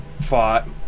fought